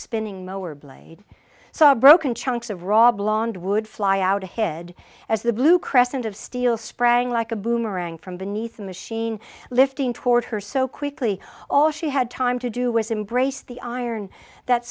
spinning mower blade saw broken chunks of raw blond would fly out ahead as the blue crescent of steel sprang like a boomerang from beneath a machine lifting toward her so quickly all she had time to do was embrace the iron that